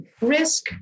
risk